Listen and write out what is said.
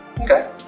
Okay